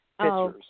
pictures